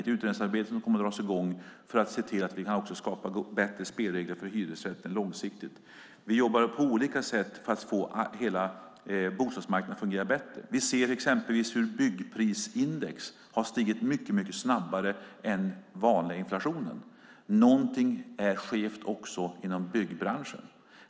Ett utredningsarbete kommer att dras i gång för att se till att vi ska kunna skapa bättre spelregler för hyresrätten också långsiktigt. Vi jobbar på olika sätt för att få hela bostadsmarknaden att fungera bättre. Vi ser exempelvis hur byggprisindex har stigit mycket snabbare än den vanliga inflationen. Någonting är skevt också inom byggbranschen.